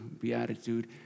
beatitude